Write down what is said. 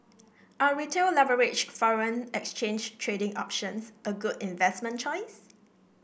are Retail leveraged foreign exchange trading options a good investment choice